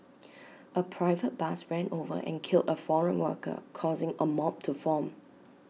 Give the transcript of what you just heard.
A private bus ran over and killed A foreign worker causing A mob to form